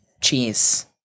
cheese